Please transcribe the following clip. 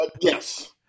Yes